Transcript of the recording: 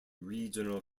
regional